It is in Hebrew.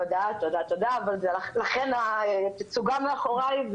לכן זאת התצוגה מאחוריי,